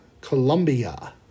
Colombia